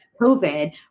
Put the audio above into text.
COVID